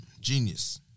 Genius